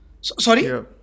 sorry